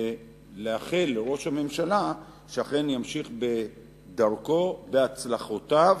ולאחל לראש הממשלה שאכן ימשיך בדרכו, בהצלחותיו,